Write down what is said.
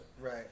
right